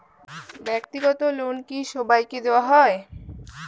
ব্যাক্তিগত লোন কি সবাইকে দেওয়া হয়?